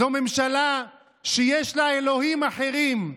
זו ממשלה שיש לה אלוהים אחרים,